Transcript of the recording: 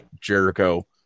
Jericho